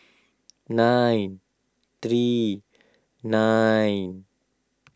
nine three nine